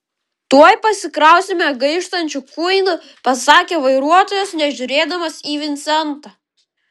tuoj pasikrausime gaištančių kuinų pasakė vairuotojas nežiūrėdamas į vincentą